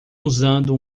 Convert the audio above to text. usando